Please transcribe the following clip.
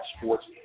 Sports